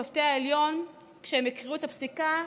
כששופטי העליון הקריאו את הפסיקה,